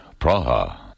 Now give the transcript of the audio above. Praha